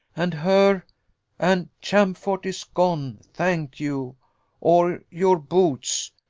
and her and champfort is gone, thank you or your boots.